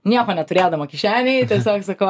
nieko neturėdama kišenėj tiesiog sakau